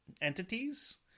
entities